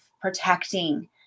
protecting